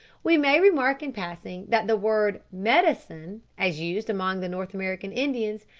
we may remark in passing, that the word medicine, as used among the north american indians,